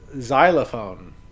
Xylophone